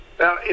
Now